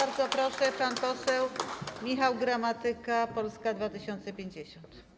Bardzo proszę, pan poseł Michał Gramatyka, Polska 2050.